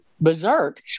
berserk